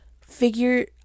figure